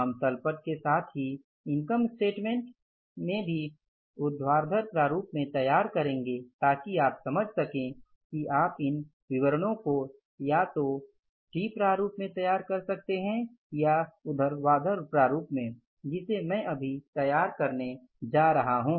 हम तल पट के साथ ही इनकम स्टेटमेंट भी ऊर्ध्वाधर प्रारूप में तैयार करेंगे ताकि आप समझ सकें कि आप इन विवरणों को या तो टी फॉर्मेट में तैयार कर सकते हैं या ऊर्ध्वाधर प्रारूप में जिसे मैं अभी तैयार करने जा रहा हूं